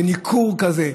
בניכור כזה.